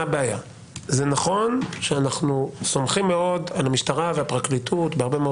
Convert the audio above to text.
זה נכון שאנחנו סומכים מאוד על המשטרה ועל הפרקליטות בהרבה מאוד